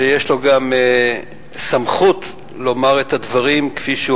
שיש לו גם סמכות לומר את הדברים כפי שהוא